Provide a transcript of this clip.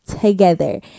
together